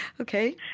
Okay